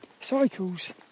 cycles